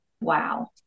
wow